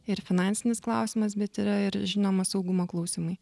ir finansinis klausimas bet yra ir žinoma saugumo klausimai